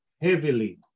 Heavily